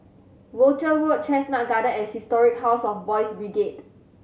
Rochor Road Chestnut Garden and Historic House of Boys' Brigade